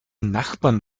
nachbarn